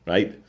Right